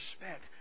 respect